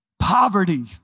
Poverty